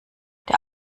der